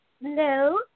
Hello